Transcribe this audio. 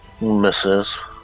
misses